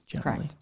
Correct